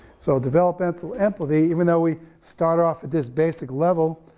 so developmental empathy, even though we start off at this basic level,